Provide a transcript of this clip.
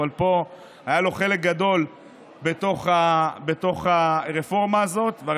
אבל פה היה לו חלק גדול בתוך הרפורמה הזאת.